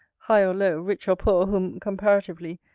high or low, rich or poor, whom, comparatively,